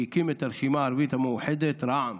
שהקים את הרשימה הערבית המאוחדת רע"מ